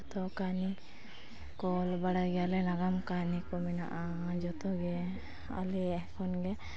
ᱡᱚᱛᱚ ᱠᱟᱹᱢᱤ ᱠᱚᱞᱮ ᱵᱟᱲᱟᱭ ᱜᱮᱭᱟᱞᱮ ᱱᱟᱜᱟᱢ ᱠᱟᱹᱦᱱᱤ ᱠᱚ ᱢᱮᱱᱟᱜᱼᱟ ᱡᱚᱛᱚ ᱜᱮ ᱟᱞᱮ ᱠᱷᱚᱱᱜᱮ